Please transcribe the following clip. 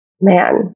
man